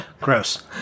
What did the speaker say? Gross